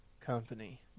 Company